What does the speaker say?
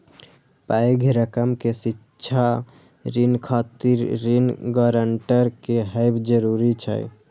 पैघ रकम के शिक्षा ऋण खातिर ऋण गारंटर के हैब जरूरी छै